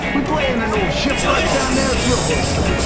we play in an old shipwreck down there, it's real wholesome.